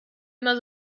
immer